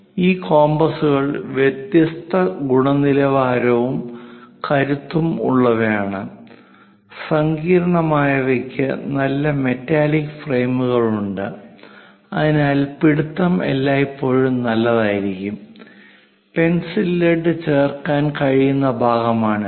ഈ കോമ്പസുകൾ വ്യത്യസ്ത ഗുണനിലവാരവും കരുത്തും ഉള്ളവയാണ് സങ്കീർണ്ണമായവയ്ക്ക് നല്ല മെറ്റാലിക് ഫ്രെയിമുകളുണ്ട് അതിനാൽ പിടുത്തം എല്ലായ്പ്പോഴും നല്ലതായിരിക്കും പെൻസിൽ ലെഡ് ചേർക്കാൻ കഴിയുന്ന ഭാഗമാണിത്